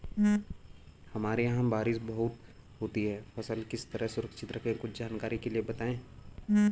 हमारे यहाँ बारिश बहुत होती है फसल किस तरह सुरक्षित रहे कुछ जानकारी के लिए बताएँ?